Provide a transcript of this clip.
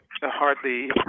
hardly